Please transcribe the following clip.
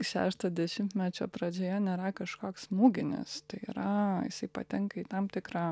šešto dešimtmečio pradžioje nėra kažkoks smūginis tai yra jisai patenka į tam tikrą